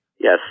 Yes